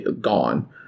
gone